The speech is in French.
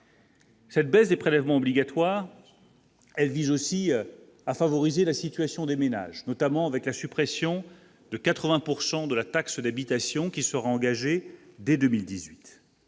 Cette baisse des prélèvements obligatoires, elle vise aussi à favoriser la situation des ménages notamment, avec la suppression de 80 pourcent de de la taxe d'habitation qui sera engagée dès 2018.